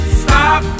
stop